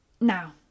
Now